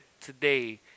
today